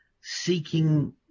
seeking